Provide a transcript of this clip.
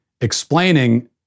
Explaining